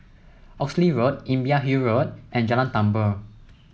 Oxley Road Imbiah Hill Road and Jalan Tambur